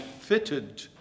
fitted